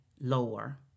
lower